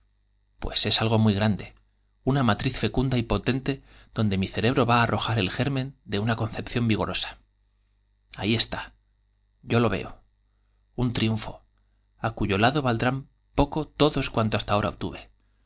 sera es muy grade una y potente donde mi cerehro va á arrojar el germen de una concepción vigorosa ah está yo lo veo un triunfo á cuyo lado valdrán poeo todos cuantos hasta ahora obtuve